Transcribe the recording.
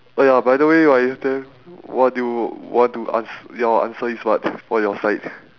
oh ya by the way right anything what do you want to ans~ your answer is what for your side